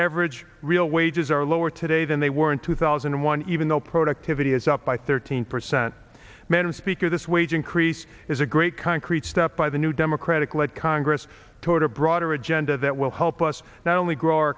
average real wages are lower today than they were in two thousand and one even though productivity is up by thirteen percent madam speaker this wage increase is a great concrete step by the new democratic led congress toda broader agenda that will help us now only grow our